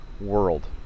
world